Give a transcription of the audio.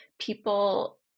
people